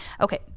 okay